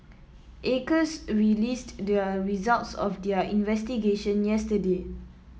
acres released the results of their investigation yesterday